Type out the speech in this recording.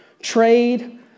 trade